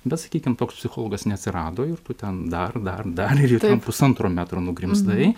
bet sakykime toks psichologas neatsirado ir tu ten dar dar dar ir ten pusantro metro nugrimzdai